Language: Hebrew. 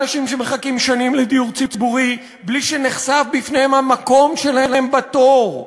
אנשים שמחכים שנים לדיור ציבורי בלי שנחשף בפניהם המקום שלהם בתור,